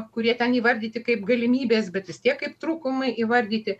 kurie ten įvardyti kaip galimybės bet vis tiek kaip trūkumai įvardyti